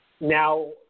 now